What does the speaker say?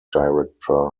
director